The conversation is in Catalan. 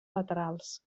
laterals